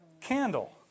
candle